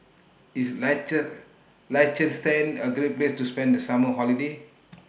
IS Liechtenstein A Great Place to spend The Summer Holiday